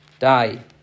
die